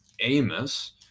Amos